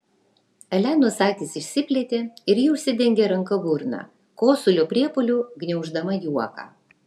elenos akys išsiplėtė ir ji užsidengė ranka burną kosulio priepuoliu gniauždama juoką